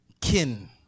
kin